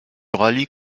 rallye